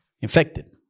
infected